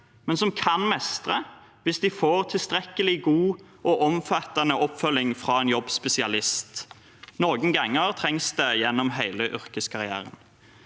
men som kan mestre det hvis de får tilstrekkelig god og omfattende oppfølging fra en jobbspesialist. Noen ganger trengs det gjennom hele yrkeskarrieren.